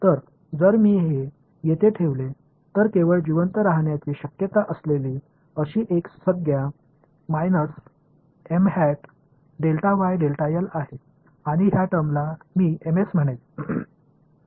तर जर मी हे येथे ठेवले तर केवळ जिवंत राहण्याची शक्यता असलेली अशी एक संज्ञा आहे आणि ह्या टर्म्सला मी म्हणेन